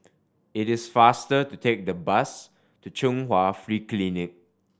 it is faster to take the bus to Chung Hwa Free Clinic